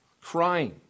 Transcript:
crying